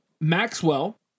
Maxwell